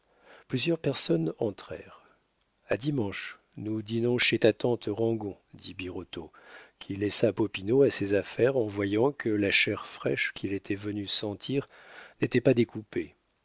plusieurs personnes entrèrent a dimanche nous dînons chez ta tante ragon dit birotteau qui laissa popinot à ses affaires en voyant que la chair fraîche qu'il était venu sentir n'était pas découpée